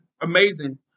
amazing